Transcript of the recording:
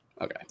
Okay